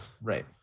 right